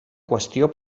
qüestió